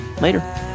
Later